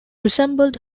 resembled